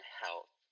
health